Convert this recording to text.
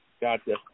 Gotcha